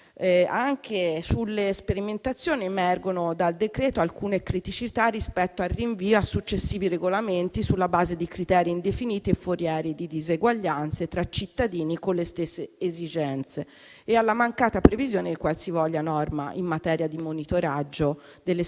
Anche sulle sperimentazioni emergono dal citato decreto alcune criticità rispetto al rinvio a successivi regolamenti sulla base di criteri indefiniti e forieri di diseguaglianze tra cittadini con le stesse esigenze e alla mancata previsione di qualsivoglia norma in materia di monitoraggio delle sperimentazioni.